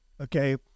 okay